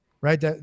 right